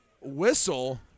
whistle